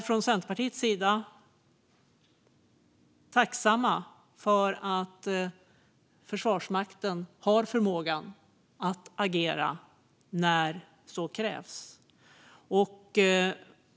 Från Centerpartiets sida är vi tacksamma för att Försvarsmakten har förmåga att agera när så krävs.